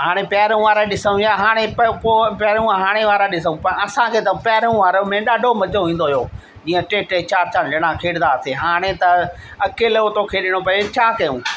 हाणे पहिरियों वारा ॾिसो विया हाणे पहिरें पोइ पहिरियों हाणे वारा ॾिसूं पर असांखे त पहिरियों वारे में ॾाढो मजो ईंदो हुयो जीअं टे टे चारि चारि ॼणा खेॾंदा हुआसीं हाणे त अकेलो थो खेॾणो पए छा कयूं